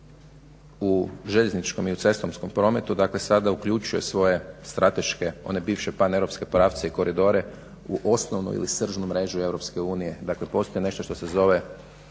u željezničkom i u cestovnom prometu sad uključuje svoje strateške one bivše paneuropske pravce i koridore u osnovnu ili sržnu mrežu EU. Dakle postoji nešto što se zove